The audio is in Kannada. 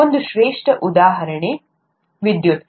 ಒಂದು ಶ್ರೇಷ್ಠ ಉದಾಹರಣೆ ವಿದ್ಯುತ್